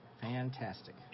Fantastic